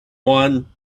one